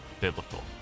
biblical